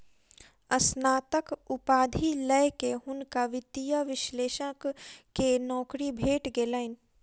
स्नातक उपाधि लय के हुनका वित्तीय विश्लेषक के नौकरी भेट गेलैन